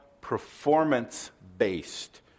performance-based